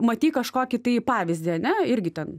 matei kažkokį tai pavyzdį ane irgi ten